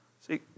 See